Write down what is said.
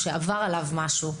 שעבר עליהם משהו,